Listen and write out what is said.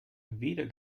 weder